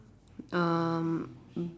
um